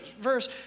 verse